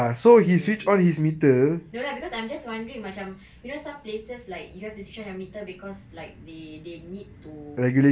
okay okay no lah because I'm just wondering macam you know some places like you have to switch on your meter because like they they need to